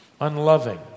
unloving